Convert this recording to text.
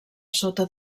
sota